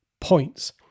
points